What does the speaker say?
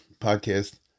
podcast